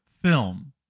film